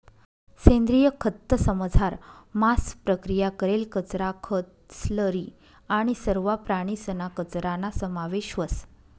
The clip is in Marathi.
सेंद्रिय खतंसमझार मांस प्रक्रिया करेल कचरा, खतं, स्लरी आणि सरवा प्राणीसना कचराना समावेश व्हस